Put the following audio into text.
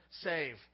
save